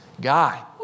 guy